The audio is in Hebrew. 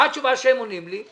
מה התשובה שהם עונים לי?